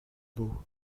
beau